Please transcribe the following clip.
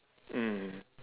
mm